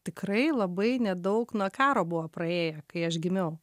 tikrai labai nedaug nuo karo buvo praėję kai aš gimiau